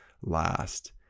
last